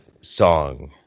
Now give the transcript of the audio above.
song